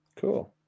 Cool